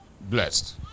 blessed